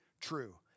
True